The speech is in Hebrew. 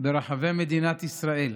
ברחבי מדינת ישראל,